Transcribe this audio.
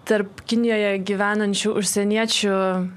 tarp kinijoje gyvenančių užsieniečių